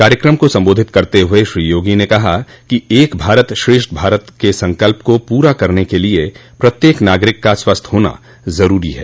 कार्यक्रम को संबोधित करते हुए श्री योगी ने कहा कि एक भारत श्रेष्ठ भारत के संकल्प को पूरा करने के लिए प्रत्येक नागरिक का स्वस्थ होना ज़रूरी है